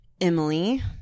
Emily